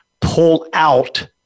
pull-out